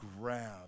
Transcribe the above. grab